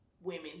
women